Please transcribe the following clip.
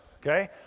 okay